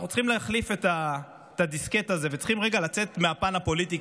אנחנו צריכים להחליף את הדיסקט הזה וצריכים רגע לצאת מהפן הפוליטי,